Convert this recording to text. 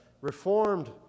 Reformed